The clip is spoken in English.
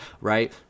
Right